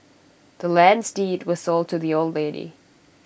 the land's deed was sold to the old lady